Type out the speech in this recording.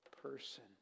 person